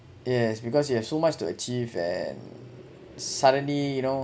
yes because you have so much to achieve and suddenly you know